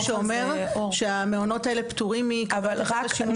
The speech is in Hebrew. שאומר שהמעונות האלה פטורים --- נכון.